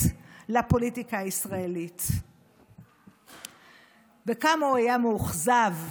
לפוליטיקה הישראלית וכמה הוא היה מאוכזב,